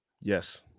Yes